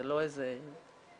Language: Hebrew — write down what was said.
זה לא איזה חפץ.